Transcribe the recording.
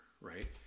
right